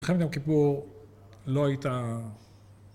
וכן יום כיפור, לא הייתה...